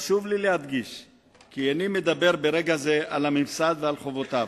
חשוב לי להדגיש כי איני מדבר ברגע זה על הממסד ועל חובותיו,